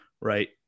right